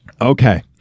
Okay